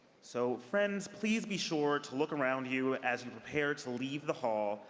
so friends, please be sure to look around you as you prepare to leave the hall,